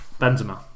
Benzema